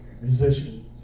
musicians